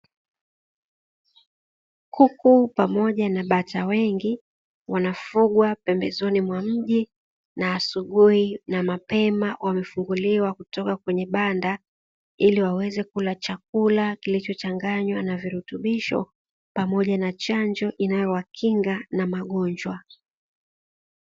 Kuku pamoja na bata wengi wanafungwa pembezoni mwa mji na asubuhi na mapema wamefunguliwa kutoka kwenye banda, ili waweze kula chakula kilichochanganywa na virutubisho pamoja na chanjo inayowakinga na magonjwa.